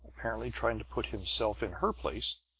apparently trying to put himself in her place.